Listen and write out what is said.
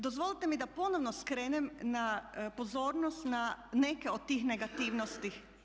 Dozvolite mi da ponovno skrenem pozornost na neke od tih negativnosti.